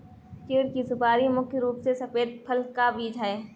चीढ़ की सुपारी मुख्य रूप से सफेद फल का बीज है